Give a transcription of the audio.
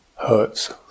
hurts